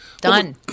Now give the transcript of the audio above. Done